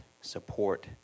support